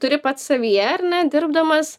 turi pats savyje ar ne dirbdamas